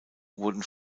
wurden